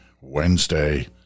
Wednesday